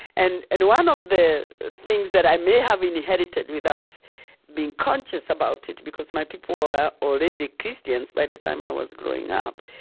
and and one of the things that i may have inherited without being conscious about it, because my people were already christians by the time i was growing up,